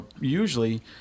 usually